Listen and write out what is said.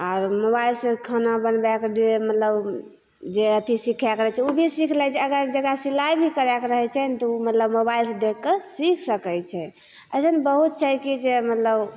आओर मोबाइलसँ खाना बनबयके जकरा मतलब जे अथी सीखयके रहय छै उ भी सीख लै छै अगर जेकरा सिलाइ भी करयके रहय छै ने तऽ उ मतलब मोबाइलसँ देखि कऽ सीख सकय छै अइसन बहुत छै कि जे मतलब